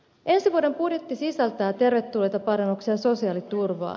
ensi vuoden budjetti sisältää tervetulleita parannuksia sosiaaliturvaan